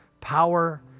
power